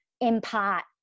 impart